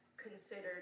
Considered